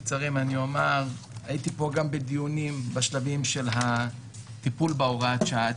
הייתי פה גם בדיונים בשלבי הטיפול בהוראת השעה